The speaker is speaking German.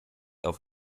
auf